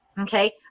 okay